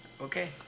Okay